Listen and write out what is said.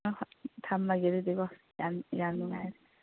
ꯍꯣꯏ ꯊꯝꯃꯒꯦ ꯑꯗꯨꯗꯤ ꯀꯣ ꯌꯥꯝ ꯌꯥꯝ ꯅꯨꯡꯉꯥꯏꯔꯦ